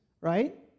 right